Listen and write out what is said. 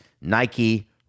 Nike